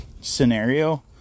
scenario